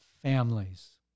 families